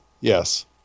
Yes